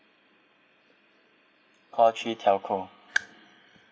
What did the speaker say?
call three telco